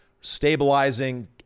stabilizing